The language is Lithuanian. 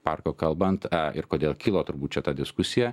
parko kalbant ir kodėl kilo turbūt čia ta diskusija